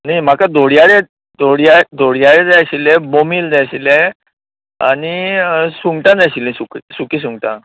न्ही म्हाका धोडयारे धोड्या धोडयारे जाय आशिल्लें बोमिल जाय आशिल्लें आनी सुंगटां जाय आशिल्लीं सुख सुकी सुंगटां